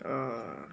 err